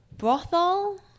brothel